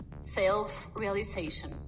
self-realization